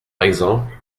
exemple